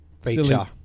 feature